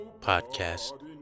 Podcast